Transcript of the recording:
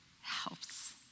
helps